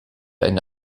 eine